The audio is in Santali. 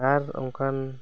ᱟᱨ ᱚᱱᱠᱟᱱ